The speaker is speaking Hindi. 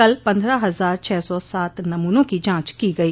कल पन्द्रह हजार छह सौ सात नमूनों की जांच की गई